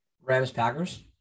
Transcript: Rams-Packers